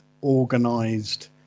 organized